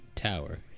Tower